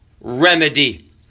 remedy